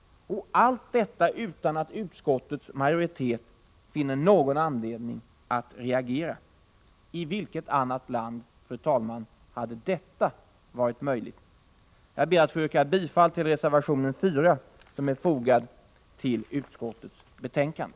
Och allt detta sker utan att utskottets majoritet finner anledning att reagera. I vilket annat land, fru talman, hade detta varit möjligt? Jag ber att få yrka bifall till reservation nr 4 som är fogad till utskottets betänkande.